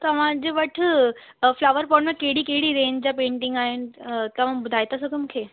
तव्हांजे वटि flower pot में कहिड़ी कहिड़ी रेंज जा पेंटिंग आहिनि तव्हां ॿुधाए था सघो मूंखे